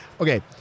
okay